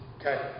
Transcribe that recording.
Okay